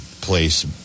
place